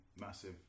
massive